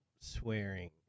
swearing